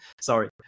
Sorry